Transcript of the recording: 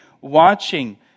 watching